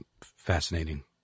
fascinating